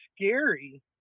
scary